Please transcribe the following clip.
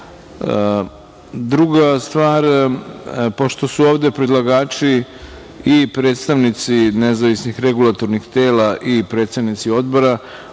rad. Druga stvar, pošto su ove predlagači i predstavnici nezavisnih regulatornih tela i predsednici odbora,